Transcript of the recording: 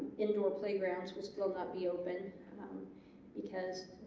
indoor playgrounds would still not be open um because